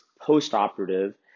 post-operative